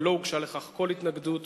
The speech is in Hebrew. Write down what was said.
ולא הוגשה לכך כל התנגדות,